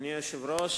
אדוני היושב-ראש,